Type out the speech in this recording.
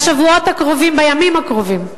בשבועות הקרובים, בימים הקרובים,